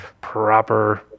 proper